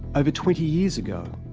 over twenty years ago,